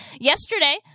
Yesterday